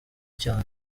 cyane